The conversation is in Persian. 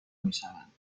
میشوند